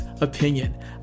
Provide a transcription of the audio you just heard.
opinion